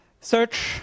Search